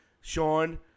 Sean